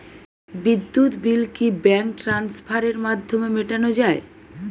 বিদ্যুৎ বিল কি ব্যাঙ্ক ট্রান্সফারের মাধ্যমে মেটানো য়ায়?